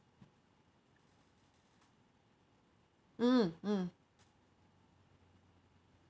mm mm